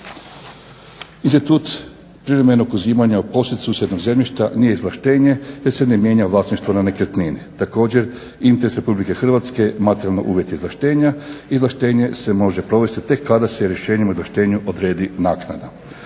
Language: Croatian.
Institut privremenog uzimanja u posjed susjednog zemljišta nije izvlaštenje jer se ne mijenja vlasništvo na nekretnini. Također interes Republike Hrvatske materijalni uvjet izvlaštenja, izvlaštenje se može provesti tek kada se rješenjem o izvlaštenju odredi naknada.